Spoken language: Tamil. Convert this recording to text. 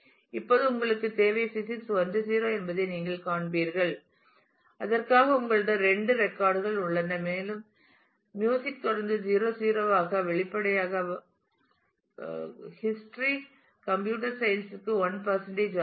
இப்போது உங்களுக்கு இப்போது தேவை பிசிக்ஸ் 1 0 என்பதை நீங்கள் காண்பீர்கள் அதற்காக உங்களிடம் இரண்டு ரெக்கார்ட் கள் உள்ளன மேலும் இசை தொடர்ந்து 0 0 ஆ வெளிப்படையாக வரலாறு கம்ப்யூட்டர் சயின்ஸ் க்கு 1 ஆகும்